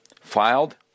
filed